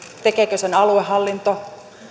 tekeekö sen aluehallinto